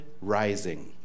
Rising